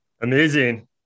Amazing